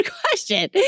question